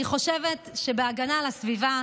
אני חושבת שבהגנה על הסביבה,